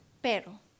pero